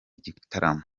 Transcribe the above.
gitaramo